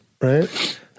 Right